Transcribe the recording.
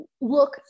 look